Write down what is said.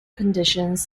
conditions